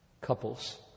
Couples